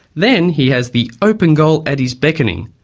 then he has the open goal at his beckoning.